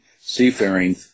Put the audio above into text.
seafaring